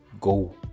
go